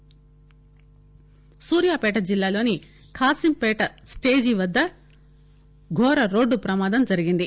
ప్రమాదం సూర్యాపేట జిల్లా లోని ఖాసీంపేట స్టేజి వద్ద ఘోర రోడ్డు ప్రమాదం జరిగింది